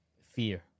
fear